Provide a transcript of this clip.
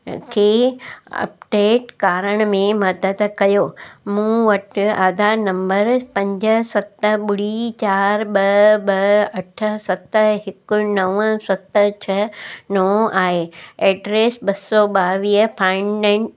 खे अपडेट करण में मदद कयो मूं वटि आधार नंबर पंज सत ॿुड़ी चार ॿ ॿ अठ सत हिक नव सत छह नओं आहे एड्रेस ॿ सौ ॿावीह फ़ाइनडेंट